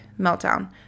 meltdown